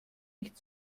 nicht